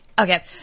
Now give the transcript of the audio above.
Okay